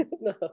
no